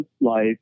life